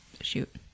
shoot